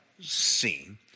seen